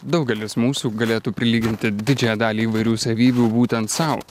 daugelis mūsų galėtų prilyginti didžiąją dalį įvairių savybių būtent sau